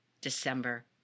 December